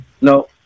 no